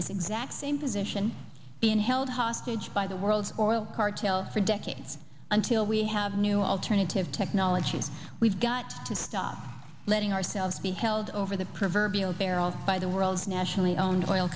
this exact same position being held hostage by the world's oil cartel for decades until we have new alternative technologies we've got to stop letting ourselves be held over the proverbial barrel by the world's nationally owned oil